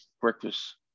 breakfast